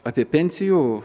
apie pensijų